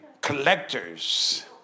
Collectors